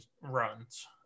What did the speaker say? runs